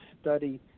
study